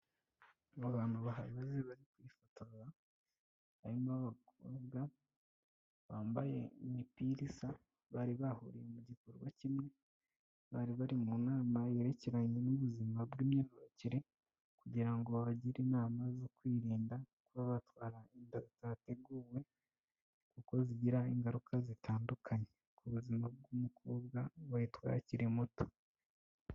Aba bantu ba bari kwifotoza harimo b'abakobwa bambaye imipirasa, bari bahuriye mu gikorwa kimwe, bari bari mu nama yerekeranye n'ubuzima bw'imyorokere kugira ngo babagire inama zo kwirinda kuba batwara inda batateguwe, kuko zigira ingaruka zitandukanye ku buzima bw'umukobwa batwa akiri muto.